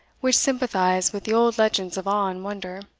which sympathise with the old legends of awe and wonder,